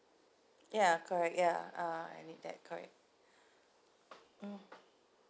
ya correct ya uh I need that correct mm